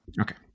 Okay